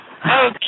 Okay